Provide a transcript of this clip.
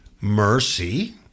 Mercy